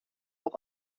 auch